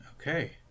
Okay